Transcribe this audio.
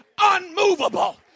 unmovable